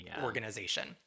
organization